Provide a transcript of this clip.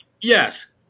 Yes